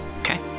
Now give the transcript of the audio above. Okay